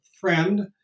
friend